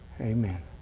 Amen